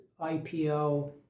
IPO